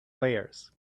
layers